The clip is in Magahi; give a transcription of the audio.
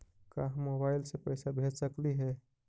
का हम मोबाईल से पैसा भेज सकली हे?